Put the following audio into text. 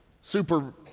super